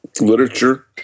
literature